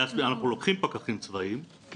אנחנו לוקחים פקחים צבאיים,